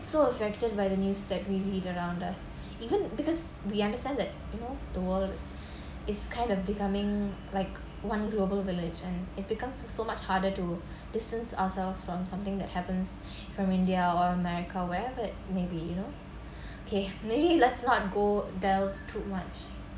so affected by the news that we read around us even because we understand that you know the world is kind of becoming like one global village and it becomes so much harder to distance ourselves from something that happens from india or america wherever it may be you know okay maybe let's not go delve too much